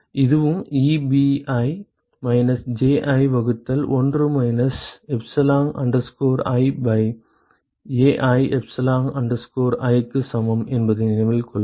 இதுவும் Ebi minus Ji வகுத்தல் 1 minus epsilon i by Ai epsilon i க்கு சமம் என்பதை நினைவில் கொள்ளவும்